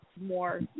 more